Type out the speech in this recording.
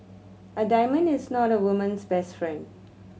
a diamond is not a woman's best friend